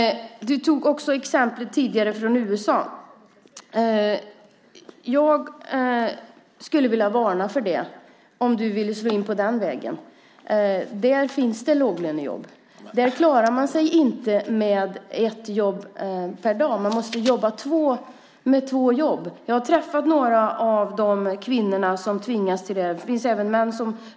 Du tog tidigare också upp ett exempel från USA. Jag skulle vilja varna för att slå in på den vägen. Där finns låglönejobb. Där klarar man sig inte på ett jobb per dag utan man måste ha två jobb. Jag har träffat några kvinnor som tvingas till detta - det finns även män.